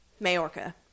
Majorca